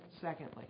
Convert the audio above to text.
secondly